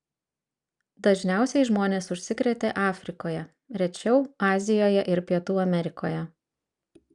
dažniausiai žmonės užsikrėtė afrikoje rečiau azijoje ir pietų amerikoje